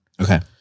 Okay